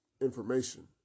information